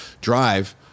drive